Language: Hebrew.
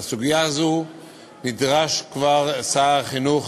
לסוגיה הזו נדרש כבר שר החינוך